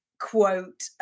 quote